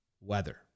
weather